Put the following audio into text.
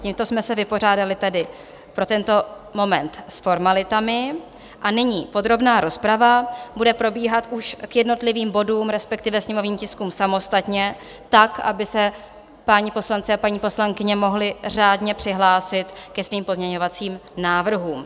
Tímto jsme se vypořádali tedy pro tento moment s formalitami a nyní podrobná rozprava bude probíhat už k jednotlivým bodům, respektive k sněmovním tiskům, samostatně tak, aby se páni poslanci a paní poslankyně mohli řádně přihlásit ke svým pozměňovacím návrhům.